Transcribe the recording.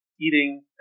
eating